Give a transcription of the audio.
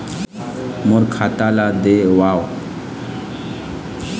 मोर खाता ला देवाव?